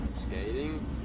skating